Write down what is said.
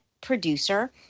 producer